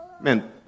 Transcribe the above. Man